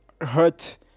hurt